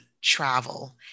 travel